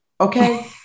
Okay